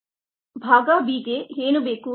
ಭಾಗ b ಗೆ ಏನು ಬೇಕು